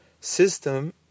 system